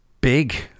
big